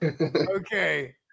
Okay